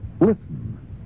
Listen